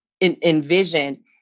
envision